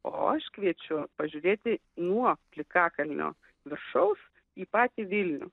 o aš kviečiu pažiūrėti nuo plikakalnio viršaus į patį vidurį